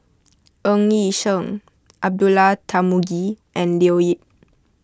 Ng Yi Sheng Abdullah Tarmugi and Leo Yip